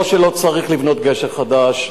לא שלא צריך לבנות גשר חדש,